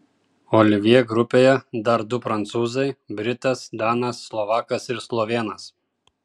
olivjė grupėje dar du prancūzai britas danas slovakas ir slovėnas